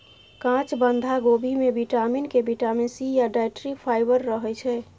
काँच बंधा कोबी मे बिटामिन के, बिटामिन सी या डाइट्री फाइबर रहय छै